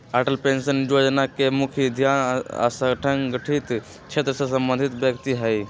Atal pension Yojana के मुख्य ध्यान असंगठित क्षेत्र से संबंधित व्यक्ति हइ